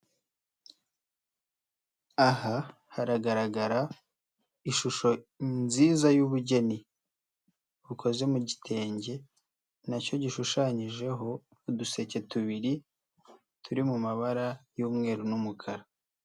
Aha haragaragara ishusho nziza y'ubugeni bukoze mu gitenge na cyo gishushanyijeho uduseke tubiri, turi mu mabara y'umweru n'umukara.